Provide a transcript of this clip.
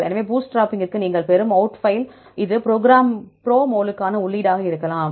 எனவே பூட்ஸ்ட்ராப்பிங்கிலிருந்து நீங்கள் பெறும் அவுட்ஃபைல் இது ப்ரோம்லுக்கான உள்ளீடாக இருக்கலாம்